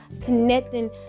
connecting